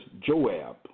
Joab